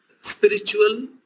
spiritual